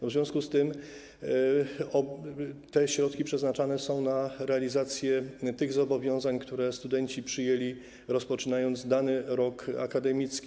W związku z tym te środki przeznaczane są na realizację tych zobowiązań, które studenci przyjęli, rozpoczynając dany rok akademicki.